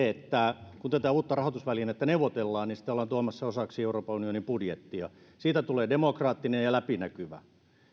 että kun tätä uutta rahoitusvälinettä neuvotellaan niin sitä ollaan tuomassa osaksi euroopan unionin budjettia siitä tulee demokraattinen ja läpinäkyvä